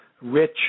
rich